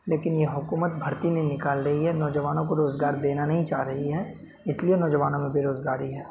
لیکن یہ حکومت بھرتی نہیں نکال رہی ہے نوجوانوں کو روزگار دینا نہیں چاہ رہی ہے اس لیے نوجوانوں میں بےروزگاری ہے